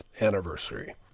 anniversary